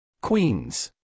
Queens